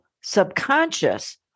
subconscious